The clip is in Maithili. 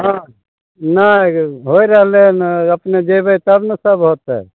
हँ नहि होइ रहलय हन अपने जेबय तब ने सब होतय